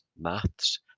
maths